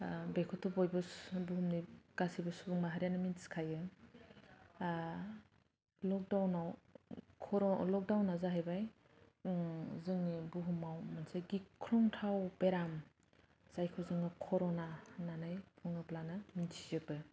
बेखौथ' गासिबो सुबुं माहारियानो मोनथिखायो लकदाउनआव खर' लकदाउनआव जाहैबाय जोंनि बुहुमाव मोनसे गिख्रंथाव बेराम जायखौ जोङो कर'ना होन्नानै बुङोब्लानो मोनथिजोबो